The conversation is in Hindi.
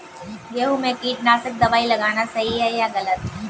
गेहूँ में कीटनाशक दबाई लगाना सही है या गलत?